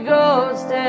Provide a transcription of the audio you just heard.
Ghost